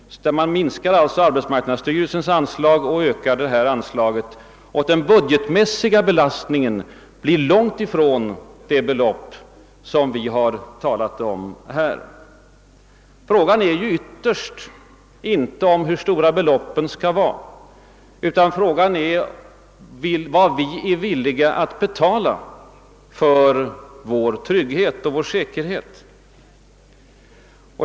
Man minskar alltså arbetsmarknadsstyrelsens anslag och ökar försvarsanslagen. Den budgetmässiga belastningen ligger långt under de belopp vi här talar om. Frågan gäller ju dessutom inte ytterst, hur stora beloppen skall vara utan vad vi är villiga att betala för vår trygghet och säkerhet.